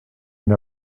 une